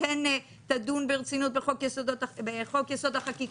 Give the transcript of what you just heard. כן ידונו ברצינות בחוק-יסוד: החקיקה,